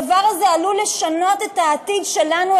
הדבר הזה עלול לשנות את העתיד שלנו,